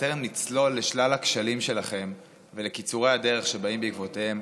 בטרם נצלול לשלל הכשלים שלכם ולקיצורי הדרך שבאים בעקבותיהם.